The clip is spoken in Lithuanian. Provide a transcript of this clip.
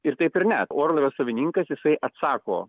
ir taip ir ne orlaivio savininkas jisai atsako